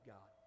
God